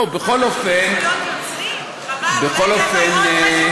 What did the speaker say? בכל אופן,